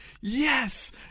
Yes